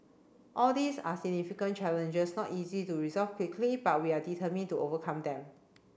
all these are significant challenges not easy to resolve quickly but we are determined to overcome them